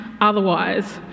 otherwise